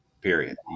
period